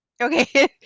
okay